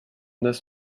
this